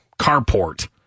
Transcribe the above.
carport